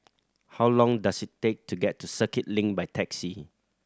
how long does it take to get to Circuit Link by taxi